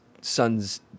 son's